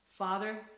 Father